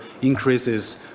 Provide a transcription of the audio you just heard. increases